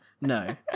No